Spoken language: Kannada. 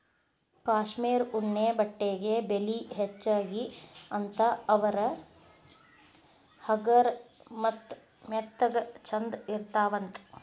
ಕಾಶ್ಮೇರ ಉಣ್ಣೆ ಬಟ್ಟೆಗೆ ಬೆಲಿ ಹೆಚಗಿ ಅಂತಾ ಅವ ಹಗರ ಮತ್ತ ಮೆತ್ತಗ ಚಂದ ಇರತಾವಂತ